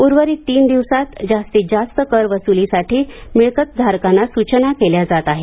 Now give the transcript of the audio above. उर्वरित तीन दिवसात जास्तीत जास्त कर वसूलीसाठी मिळकतधारकांना सूचना केल्या जात आहेत